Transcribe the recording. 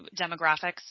demographics